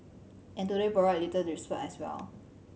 and today provided little respite as well